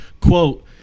Quote